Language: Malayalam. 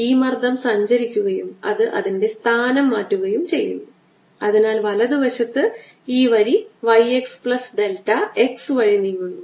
ഈ മർദ്ദം സഞ്ചരിക്കുകയും അത് അതിന്റെ സ്ഥാനം മാറ്റുകയും ചെയ്യുന്നു അതിനാൽ വലത് വശത്ത് ഈ വരി y x plus delta x വഴി നീങ്ങുന്നു